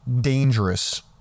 dangerous